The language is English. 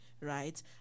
right